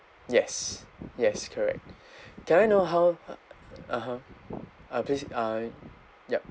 yes yes correct can I know how uh (uh huh) uh please uh yup